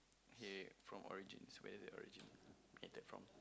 okay from origins where did it originated from